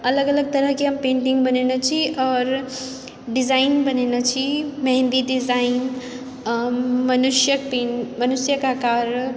अलग अलग तरहके हम पेण्टिङ्ग बनेने छी आओर डिजाइन बनेने छी मेहन्दी डिजाइन आओर मनुष्यक पेन मनुष्यक आकार